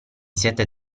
siete